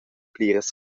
pliras